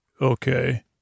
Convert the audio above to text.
Okay